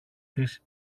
της